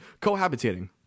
cohabitating